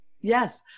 yes